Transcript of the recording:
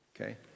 Okay